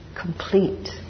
complete